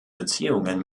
beziehungen